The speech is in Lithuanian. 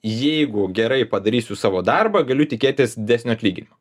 jeigu gerai padarysiu savo darbą galiu tikėtis didesnio atlyginimo